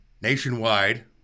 nationwide